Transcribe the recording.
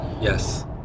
Yes